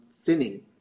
thinning